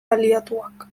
aliatuak